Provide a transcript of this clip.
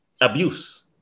abuse